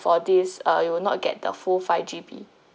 for this uh you will not get the full five G_B